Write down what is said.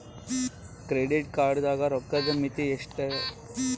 Credit card ಗ ರೋಕ್ಕದ್ ಮಿತಿ ಎಷ್ಟ್ರಿ?